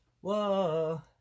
whoa